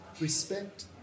respect